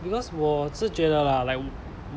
because 我是觉得啦 like